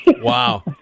Wow